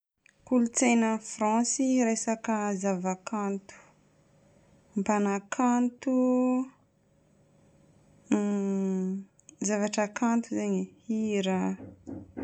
Kolontsainan'i France: resaka zava-kanto. Ny mpanakanto ny zavatra kanto zegny e. Hira.